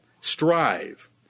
strive